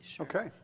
Okay